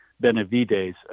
Benavides